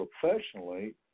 professionally